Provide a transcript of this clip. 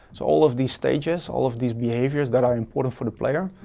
so all of these stages, all of these behaviors that are important for the player,